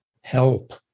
help